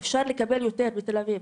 אפשר לקבל יותר בתל אביב,